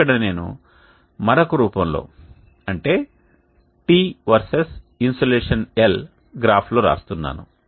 ఇక్కడ నేను మరొక రూపంలో అంటే t వర్సెస్ ఇన్సోలేషన్ L గ్రాఫ్లో వ్రాస్తున్నాను